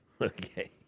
Okay